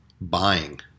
buying